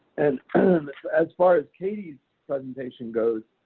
and and as far as katie's presentation goes,